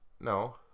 no